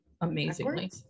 amazingly